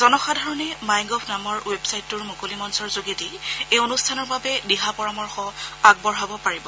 জনসাধাৰণে my gov নামৰ ৱেবছাইটটোৰ মুকলি মঞ্চৰ যোগেদি এই অনুষ্ঠানৰ বাবে দিহা পৰামৰ্শ আগবঢ়াব পাৰিব